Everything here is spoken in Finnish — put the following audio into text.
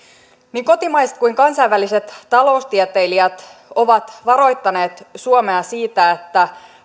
niin kotimaiset kuin kansainväliset taloustieteilijät ovat varoittaneet suomea siitä että